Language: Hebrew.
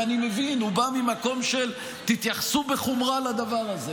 ואני מבין שהוא ממקום של "תתייחסו בחומרה לדבר הזה",